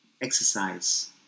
exercise